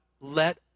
let